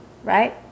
Right